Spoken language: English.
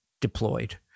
deployed